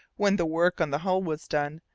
when the work on the hull was done,